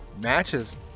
Matches